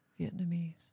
Vietnamese